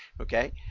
okay